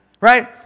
right